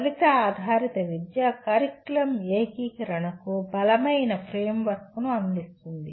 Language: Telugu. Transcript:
ఫలిత ఆధారిత విద్య కరికులం ఏకీకరణకు బలమైన "ఫ్రేమ్వర్క్" ను అందిస్తుంది